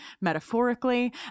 metaphorically